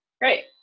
great